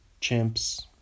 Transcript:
chimps